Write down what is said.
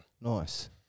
Nice